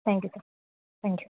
thank you sir thank you